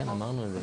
כן, אמרנו את זה.